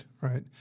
Right